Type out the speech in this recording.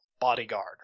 bodyguard